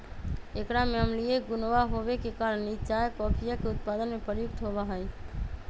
एकरा में अम्लीय गुणवा होवे के कारण ई चाय कॉफीया के उत्पादन में प्रयुक्त होवा हई